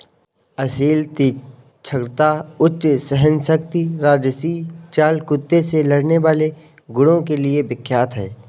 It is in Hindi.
असील तीक्ष्णता, उच्च सहनशक्ति राजसी चाल कुत्ते से लड़ने वाले गुणों के लिए विख्यात है